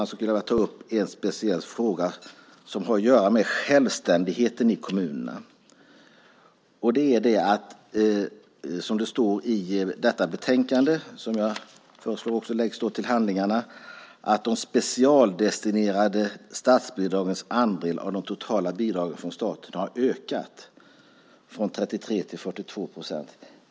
Jag vill allra sist ta upp en speciell fråga som har att göra med självständigheten i kommunerna. Det framgår i betänkandet - som jag föreslår läggs till handlingarna - att de specialdestinerade statsbidragens andel av de totala bidragen från staten har ökat från 33 till 42 procent.